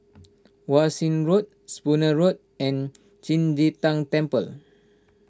Wan Shih Road Spooner Road and Qing De Tang Temple